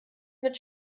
mit